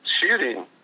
shooting